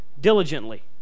diligently